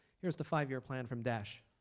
here's the five-year plan from daesh.